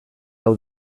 hau